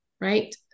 right